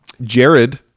Jared